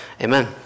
amen